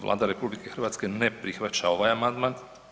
Vlada RH ne prihvaća ovaj amandman.